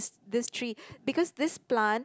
this tree because this plant